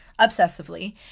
obsessively